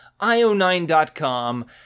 io9.com